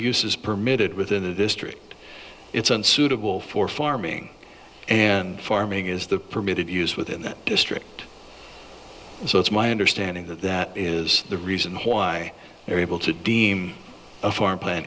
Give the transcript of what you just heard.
is permitted within the district it's unsuitable for farming and farming is the permitted use within that district so it's my understanding that that is the reason why they're able to deem a farm plan